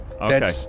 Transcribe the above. Okay